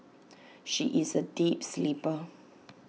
she is A deep sleeper